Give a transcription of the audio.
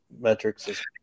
metrics